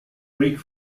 greek